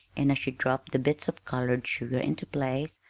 and as she dropped the bits of colored sugar into place,